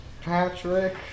Patrick